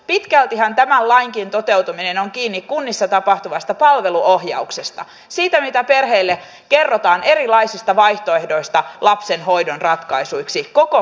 pitkältihän tämänkin lain toteutuminen on kiinni kunnissa tapahtuvasta palveluohjauksesta siitä mitä perheille kerrotaan erilaisista vaihtoehdoista lapsen hoidon ratkaisuiksi koko siitä paletista